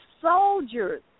soldiers